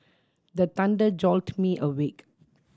the thunder jolt me awake